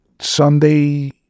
Sunday